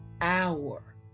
hour